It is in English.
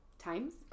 Times